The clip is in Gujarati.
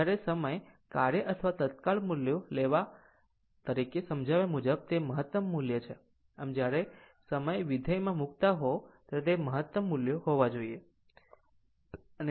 આમ જ્યારે સમય કાર્ય અથવા તત્કાળ મૂલ્યો તરીકે સમજાવ્યા મુજબ તે મહત્તમ મૂલ્ય છે જ્યારે સમય વિધેયમાં મૂકતા હો ત્યારે તે મહત્તમ મૂલ્યો હોવું જોઈએ